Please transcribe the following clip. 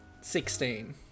Sixteen